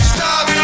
Stop